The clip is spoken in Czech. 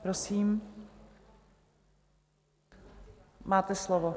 Prosím, máte slovo.